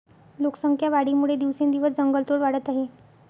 लोकसंख्या वाढीमुळे दिवसेंदिवस जंगलतोड वाढत आहे